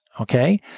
Okay